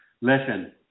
Listen